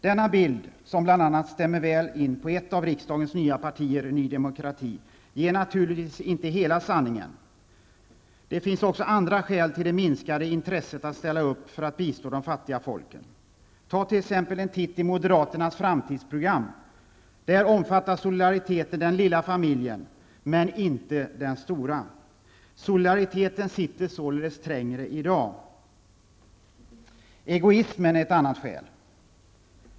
Denna bild, som bl.a. stämmer väl in på ett av riksdagens nya partier, nydemokrati, ger naturligtvis inte hela sanningen. Det finns också andra skäl till det minskade intresset att ställa upp för att bistå de fattiga folken. Tag t.ex. en titt i moderaternas framtidsprogram. Där omfattar solidariteten den lilla familjen, men inte den stora. Solidariteten sitter således trängre i dag. Egoismen är ett annat skäl.